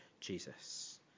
Jesus